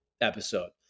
episode